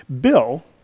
Bill